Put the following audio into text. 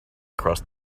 crossed